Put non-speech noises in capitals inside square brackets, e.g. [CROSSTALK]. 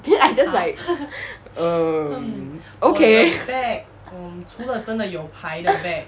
then I'm just [LAUGHS] um okay [NOISE]